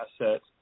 assets